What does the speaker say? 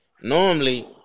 normally